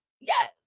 Yes